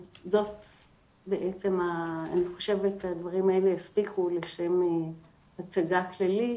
אני חושבת שהדברים האלה יספיקו לשם הצגה כללית,